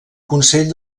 consell